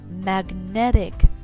magnetic